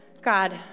God